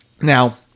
now